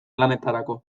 lanetarako